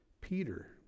Peter